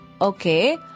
Okay